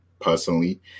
personally